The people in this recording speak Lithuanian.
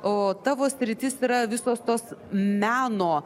o tavo sritis yra visos tos meno